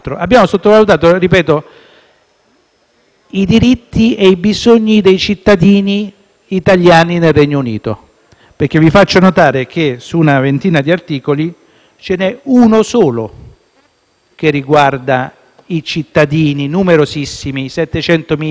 i diritti e i bisogni dei cittadini italiani nel Regno Unito. Vi faccio notare che, su una ventina di articoli, ce n'è uno solo che riguarda i numerosissimi (700.000) cittadini italiani nel Regno Unito